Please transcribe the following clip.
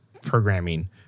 programming